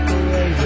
away